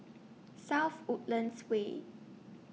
South Woodlands Way